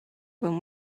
when